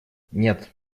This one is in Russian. нет